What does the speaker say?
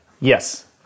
Yes